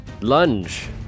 Lunge